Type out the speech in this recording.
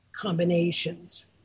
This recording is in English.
combinations